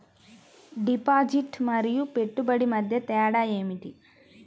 Deposit మరియు పెట్టుబడి మధ్య తేడా ఏమిటి?